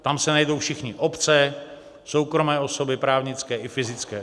Tam se najdou všichni obce, soukromé osoby, právnické i fyzické.